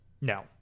No